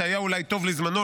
שאולי היה טוב לזמנו,